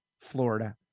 Florida